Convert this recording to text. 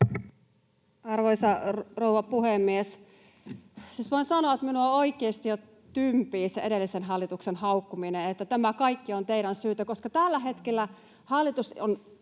Arvoisa rouva puhemies! Siis voin sanoa, että minua oikeasti jo tympii se edellisen hallituksen haukkuminen, että ”tämä kaikki on teidän syytä”, koska tällä hetkellä hallitus on